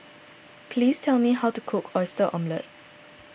please tell me how to cook Oyster Omelette